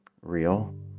real